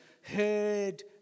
heard